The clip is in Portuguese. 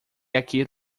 aqui